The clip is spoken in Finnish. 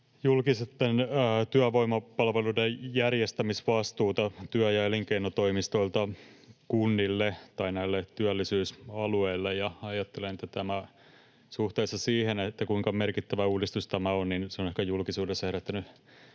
julkisten työvoimapalveluiden järjestämisvastuuta työ- ja elinkeinotoimistolta kunnille tai työllisyysalueille. Ajattelen, että suhteessa siihen, kuinka merkittävä uudistus tämä on, se on julkisuudessa herättänyt